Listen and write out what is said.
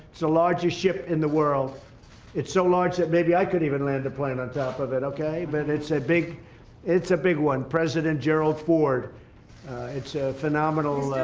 it's a larger ship in the world it's so large that maybe i could even land a plane on top of it okay, but it's a big it's a big one president gerald ford it's a phenomenal.